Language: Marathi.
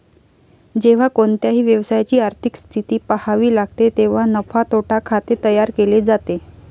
जेव्हा कोणत्याही व्यवसायाची आर्थिक स्थिती पहावी लागते तेव्हा नफा तोटा खाते तयार केले जाते